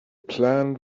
plan